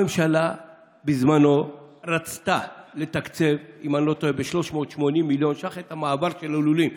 בזמנו הממשלה רצתה לתקצב ב-380 מיליון שקלים,